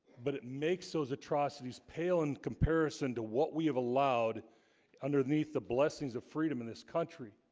but it makes those atrocities pale in comparison to what we have allowed underneath the blessings of freedom in this country